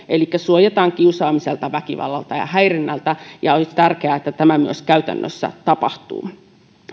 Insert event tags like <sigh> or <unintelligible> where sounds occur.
<unintelligible> elikkä suojataan kiusaamiselta väkivallalta ja ja häirinnältä olisi tärkeää että tämä myös käytännössä tapahtuu